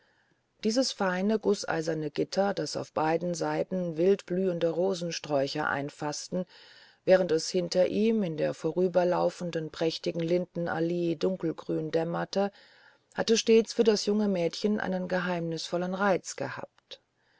dieses feine gußeiserne gitter das auf beiden seiten wildblühende rosensträucher einfaßten während es hinter ihm in der vorüberlaufenden prächtigen lindenallee dunkelgrün dämmerte hatte stets für das junge mädchen einen geheimnisvollen reiz gehabt